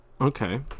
Okay